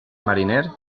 mariner